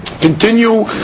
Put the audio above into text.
continue